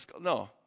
no